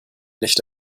nicht